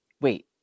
wait